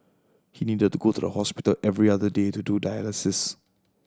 he needed to go to the hospital every other day to do dialysis